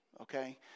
Okay